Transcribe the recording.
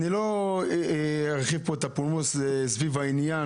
אני לא ארחיב את הפולמוס סביב העניין,